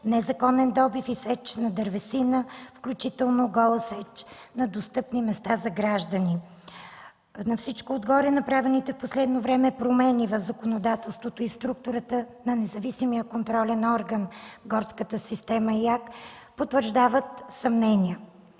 незаконен добив и сеч на дървесина, включително гола сеч на достъпни места за граждани. На всичко отгоре направените в последно време промени в законодателството и структурата на независимия контролен орган в горската система – Изпълнителна агенция